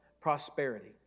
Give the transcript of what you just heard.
prosperity